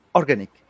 organic